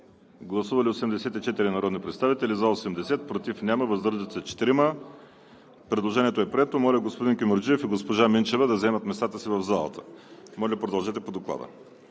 Гласували 84 народни представители: за 80, против няма, въздържали се 4. Предложението е прието. Моля, господин Кюмюрджиев и госпожа Минчева да заемат местата си в залата. Моля, продължете по Доклада.